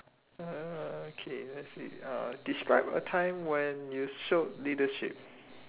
uh K let's see uh describe a time when you showed leadership